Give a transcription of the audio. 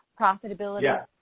profitability